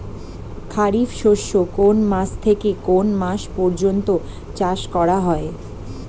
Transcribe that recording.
খারিফ শস্য কোন মাস থেকে কোন মাস পর্যন্ত চাষ করা হয়?